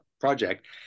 project